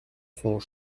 sont